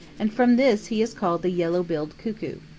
and from this he is called the yellow-billed cuckoo.